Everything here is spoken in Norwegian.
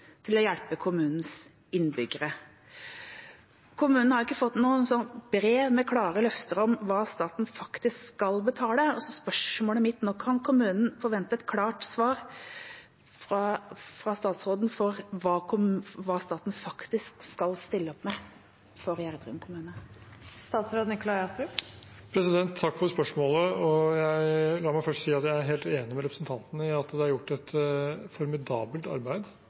til å hjelpe kommunens innbyggere? Kommunen har ikke fått noe brev med klare løfter om hva staten faktisk skal betale. Spørsmålet mitt er: Kan kommunen forvente et klart svar fra statsråden på hva staten faktisk skal stille opp med for Gjerdrum kommune? Takk for spørsmålet. La meg først si at jeg er helt enig med representanten Huitfeldt i at det er gjort et formidabelt arbeid